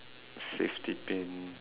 safety pin